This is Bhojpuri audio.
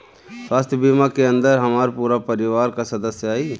स्वास्थ्य बीमा के अंदर हमार पूरा परिवार का सदस्य आई?